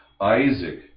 Isaac